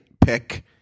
pick